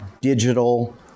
digital